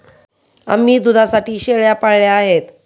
आम्ही दुधासाठी शेळ्या पाळल्या आहेत